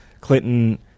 clinton